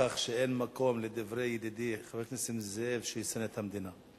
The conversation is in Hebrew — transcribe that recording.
כך שאין מקום לדברי ידידי חבר הכנסת נסים זאב שהיא שונאת את המדינה.